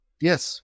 Yes